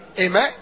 Amen